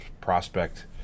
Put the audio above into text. prospect